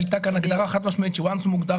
כי הייתה כאן אמירה חד משמעית שברגע שהוא מוגדר